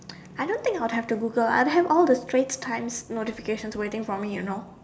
I don't think I'll have to Google I have all the Straits times notification waiting for me you know